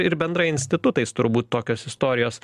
ir bendrai institutais turbūt tokios istorijos